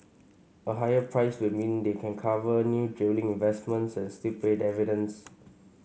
a higher price will mean they can cover new drilling investments and still pay dividends